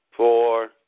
Four